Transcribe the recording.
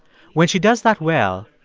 when she does that well,